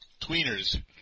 tweeners